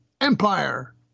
empire